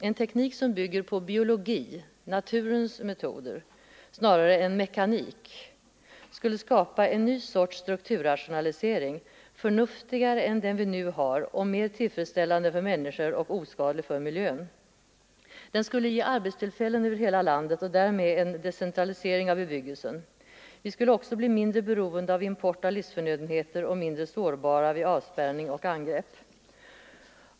En teknik som bygger på biologi — naturens metoder — snarare än mekanik skulle skapa en ny sorts strukturrationalisering, förnuftigare än den vi har nu, och mer tillfredsställande för människor och oskadlig för miljön. Det skulle ge arbetstillfällen över hela landet och därmed en decentralisering av bebyggelsen. Vi skulle också bli mindre beroende av import av livsförnödenheter och mindre sårbara vid avspärrning och angrepp.